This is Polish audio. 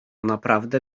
naprawdę